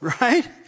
Right